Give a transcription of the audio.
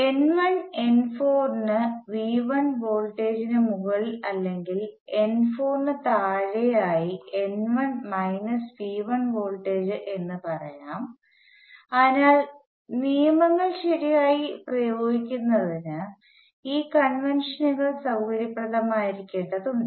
n1 n 4 ന് V1 voltage നു മുകളിൽ അല്ലെങ്കിൽ n4 ന് താഴെയായി n1 മൈനസ് V1 വോൾടേജ് എന്ന് പറയാം അതിനാൽ നിയമങ്ങൾ ശരിയായി പ്രയോഗിക്കുന്നതിന് ഈ കൺവെൻഷനുകൾ സൌകര്യപ്രദമായിരിക്കേണ്ടത് ഉണ്ട്